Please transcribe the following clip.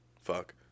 fuck